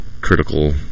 critical